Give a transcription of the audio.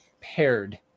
paired